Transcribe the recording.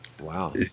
Wow